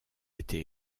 été